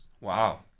Wow